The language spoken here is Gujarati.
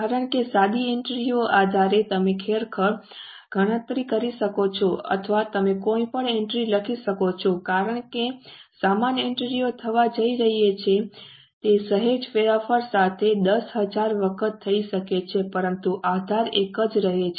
કારણ કે સાદી એન્ટ્રીઓના આધારે તમે ખરેખર ગણતરી કરી શકો છો અથવા તમે કોઈપણ એન્ટ્રી લખી શકો છો કારણ કે સમાન એન્ટ્રીઓ થવા જઈ રહી છે તે સહેજ ફેરફાર સાથે દસ હજાર વખત થઈ શકે છે પરંતુ આધાર એક જ રહે છે